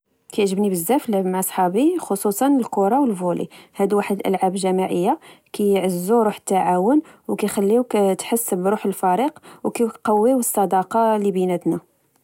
كعجبني بزاف اللعب مع صحابي، خصوصاً الكورة والڤولي. هادو واحد الألعاب جماعية، كعزو روح التعاون ، وكخليكوك تحس بروح الفريق، وكيقوي الصداقة لبيناتنا،